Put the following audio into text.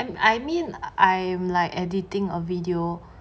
I mean I am like editing or video